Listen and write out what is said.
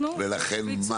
אנחנו -- ולכן,